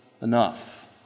enough